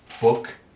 book